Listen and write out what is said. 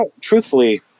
Truthfully